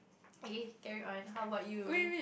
okay carry on how about you